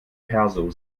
perso